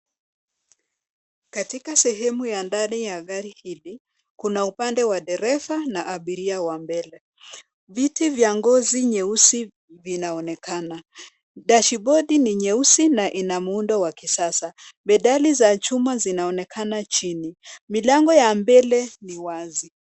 Katika sehemu ya ndani ya gari hili kuna upande wa dereva na abiria wa mbele. Viti vya ngozi nyeusi vinaonekana .Dashibodi ni nyeusi na ina muundo wa kisasa. Pedali za chuma zinaonekana chini, milango ya mbele ni wazi.